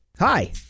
Hi